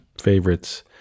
favorites